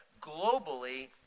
globally